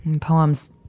Poems